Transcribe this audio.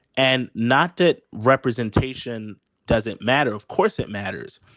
and not that representation doesn't matter. of course it matters.